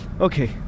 okay